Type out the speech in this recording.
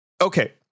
Okay